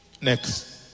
Next